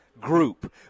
group